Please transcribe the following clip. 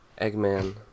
Eggman